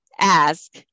ask